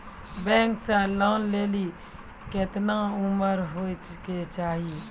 Bank से loan लेली केतना उम्र होय केचाही?